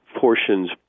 portions